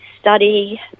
study